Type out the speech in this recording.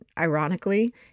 ironically